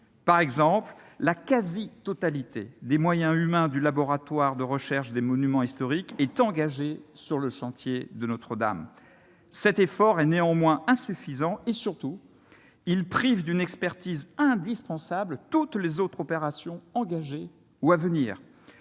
Ainsi, la quasi-totalité des moyens humains du laboratoire de recherche des monuments historiques est engagée sur le chantier de Notre-Dame. Cet effort est néanmoins insuffisant. Surtout, il prive d'une expertise indispensable toutes les autres opérations engagées ou à venir.